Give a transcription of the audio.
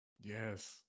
Yes